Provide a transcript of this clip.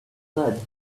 flood